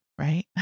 right